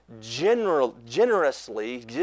generously